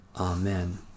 Amen